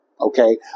Okay